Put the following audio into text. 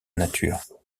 nature